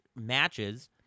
matches